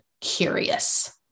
curious